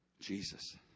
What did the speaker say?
Jesus